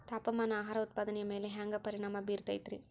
ತಾಪಮಾನ ಆಹಾರ ಉತ್ಪಾದನೆಯ ಮ್ಯಾಲೆ ಹ್ಯಾಂಗ ಪರಿಣಾಮ ಬೇರುತೈತ ರೇ?